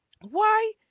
Why